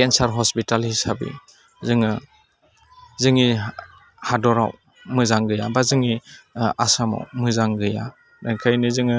cancer hospital हिसाबै जोङो जोंनि हादराव मोजां गैयाबा जोंनि आसामाव मोजां गैया बेखायनो जोङो